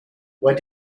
what